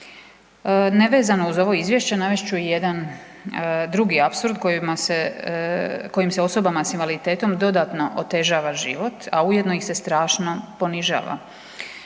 Nevezano uz ovo izvješće navest ću i jedan drugi apsurd kojima se, kojim se osobama s invaliditetom dodatno otežava život, a ujedno ih se strašno ponižava.